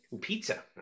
Pizza